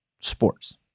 sports